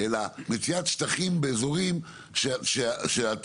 אלא מציאת שטחים באזורים שהתכנון,